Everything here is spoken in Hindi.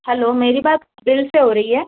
हैलो मेरी बात बिल से हो रही है